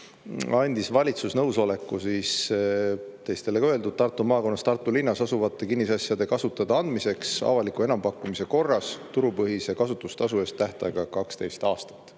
andis valitsus nõusoleku – olgu teistele ka öeldud – Tartu maakonnas Tartu linnas asuvate kinnisasjade kasutada andmiseks avaliku enampakkumise korras turupõhise kasutustasu eest tähtajaga 12 aastat.